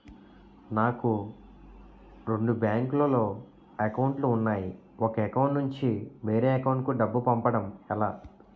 నాకు రెండు బ్యాంక్ లో లో అకౌంట్ లు ఉన్నాయి ఒక అకౌంట్ నుంచి వేరే అకౌంట్ కు డబ్బు పంపడం ఎలా?